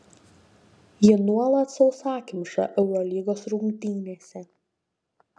ji nuolat sausakimša eurolygos rungtynėse